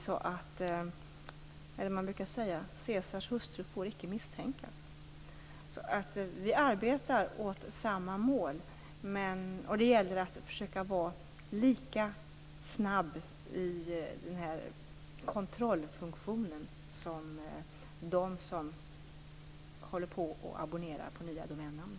Som man brukar säga: Caesars hustru får icke misstänkas. Vi arbetar för samma mål, och det gäller att i kontrollfunktionen försöka vara lika snabb som de som abonnerar på nya domännamn.